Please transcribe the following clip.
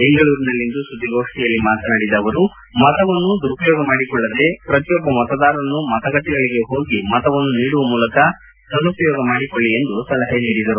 ಬೆಂಗಳೂರಿನಲ್ಲಿಂದು ಸುದ್ವಿಗೋಷ್ಠಿಯಲ್ಲಿ ಮಾತನಾಡಿದ ಅವರು ಮತವನ್ನು ದುರುಪಯೋಗ ಮಾಡಿಕೊಳ್ಳದೇ ಪ್ರತಿಯೊಬ್ಬ ಮತದಾರನು ಮತಗಟ್ಟೆಗಳಿಗೆ ಹೋಗಿ ಮತವನ್ನು ನೀಡುವ ಮೂಲಕ ಸದುಪಯೋಗ ಮಾಡಿಕೊಳ್ಳ ಎಂದು ಹೇಳಿದರು